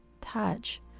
touch